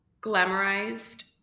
glamorized